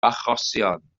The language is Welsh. achosion